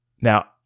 Now